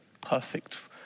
perfect